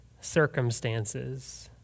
circumstances